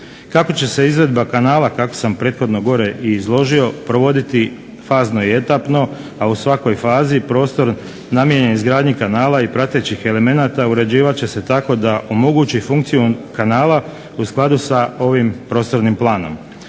Kako će se izvedba kanala, kako sam prethodno gore i izložio, provoditi fazno i etapno, a u svakoj fazi prostor namijenjen izgradnji kanala i pratećih elemenata uređivat će se tako da omogući funkcijom kanala u skladu sa ovim prostornim planom.